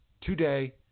today